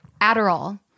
Adderall